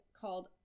called